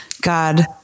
God